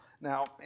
Now